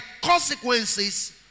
consequences